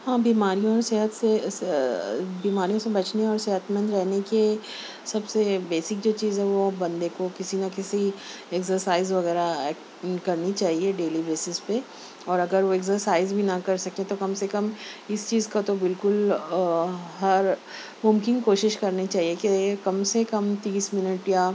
ہاں بیماریوں صحت سے بیماریوں سے بچنے اور صحت مند رہنے کے سب سے بیسک جو چیز ہے وہ بندے کو کسی نہ کسی ایکسرسائز وغیرہ کرنی چاہیے ڈیلی بیسس پہ اور اگر وہ ایسرسائز بھی نہ کر سکے تو کم سے کم اس چیز کا تو بالکل ہر ممکن کوشش کرنی چاہیے کہ کم سے کم تیس منٹ یا